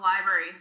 library